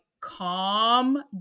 calm